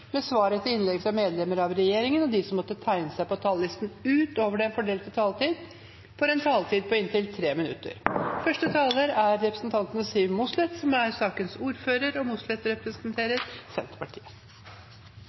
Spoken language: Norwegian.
med svar etter innlegg fra medlemmer av regjeringen, og de som måtte tegne seg på talerlisten utover den fordelte taletid, får en taletid på inntil 3 minutter.